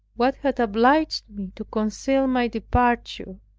what had obliged me to conceal my departure,